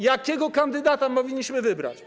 Jakiego kandydata powinniśmy wybrać?